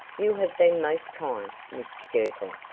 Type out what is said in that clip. you have been most kind, mr girtle,